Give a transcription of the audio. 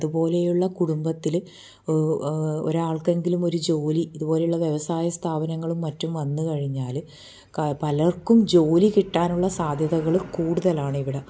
അതുപോലെയുള്ള കുടുംബത്തിൽ ഒരാൾക്കെങ്കിലും ഒരു ജോലി ഇതുപോലെയുള്ള വ്യവസായ സ്ഥാപനങ്ങളും മറ്റും വന്നു കഴിഞ്ഞാൽ പലർക്കും ജോലി കിട്ടാനുള്ള സാധ്യതകൾ കൂടുതലാണിവിടെ